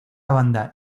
banda